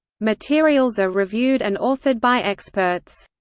materials are reviewed and authored by experts.